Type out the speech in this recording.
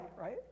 right